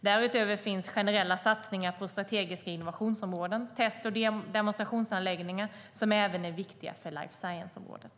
Därutöver finns generella satsningar på strategiska innovationsområden och test och demonstrationsanläggningar som även är viktiga för life science-området.